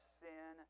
sin